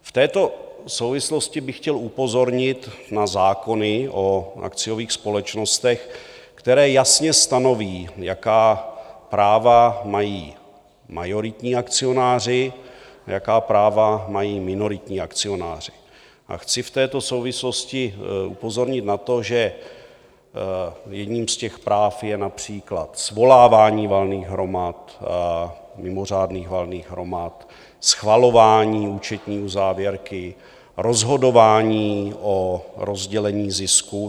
V této souvislosti bych chtěl upozornit na zákony o akciových společnostech, které jasně stanoví, jaká práva mají majoritní akcionáři, jaká práva mají minoritní akcionáři, a chci v této souvislosti upozornit na to, že jedním z těch práv je například svolávání valných hromad, mimořádných valných hromad, schvalování účetní uzávěrky, rozhodování o rozdělení zisku.